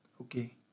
Okay